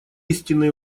истинные